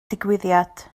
digwyddiad